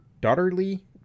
Daughterly